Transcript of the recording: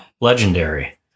Legendary